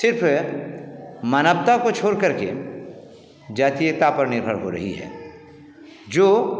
सिर्फ मानवता को छोड़ करके जातीयता पर निर्भर हो रही है जो